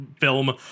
film